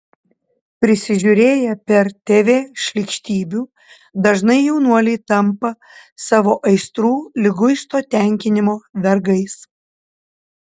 prisižiūrėję per tv šlykštybių dažnai jaunuoliai tampa savo aistrų liguisto tenkinimo vergais